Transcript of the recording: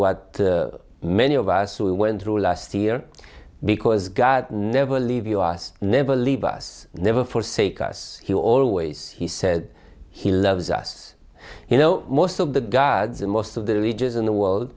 what many of us we went through last year because god never leave us never leave us never forsake us who always he said he loves us you know most of the gods and most of the ridges in the world